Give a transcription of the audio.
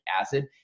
acid